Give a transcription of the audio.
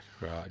right